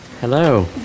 Hello